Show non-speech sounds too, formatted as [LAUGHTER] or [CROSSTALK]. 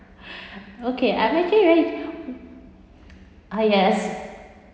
[BREATH] okay I'm actually very ah yes